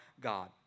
God